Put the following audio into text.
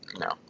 No